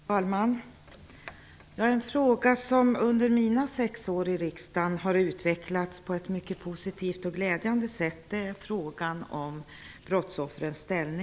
Herr talman! Frågan om brottsoffrens ställning är en fråga som under mina sex år i riksdagen har utvecklats på ett mycket positivt och glädjande sätt.